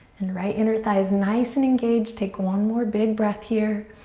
and right inner thigh is nice and engaged. take one more big breath here.